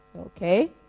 Okay